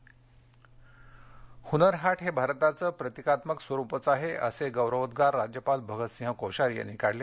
राज्यपाल ह्नर हाट हे भारताचे प्रतिकात्मक स्वरुपच आहे असे गौरवोद्वार राज्यपाल भगत सिंह कोश्यारी यांनी काढले